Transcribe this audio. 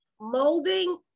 molding